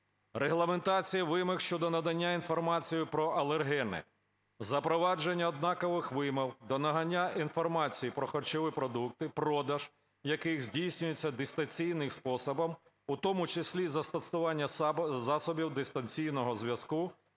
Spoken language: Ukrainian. регламентація вимог щодо надання інформації про алергени; запровадження однакових вимог та надання інформації про харчові продукти; продаж, який здійснюється дистанційним способом, в тому числі застосування засобів дистанційного зв'язку